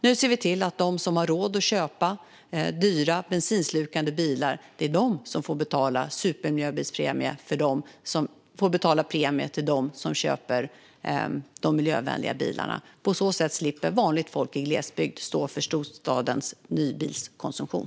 Nu ser vi till att de som har råd att köpa dyra bensinslukande bilar får betala en premie för dem som köper de miljövänliga bilarna. På så vis slipper vanligt folk i glesbygd stå för storstadens nybilskonsumtion.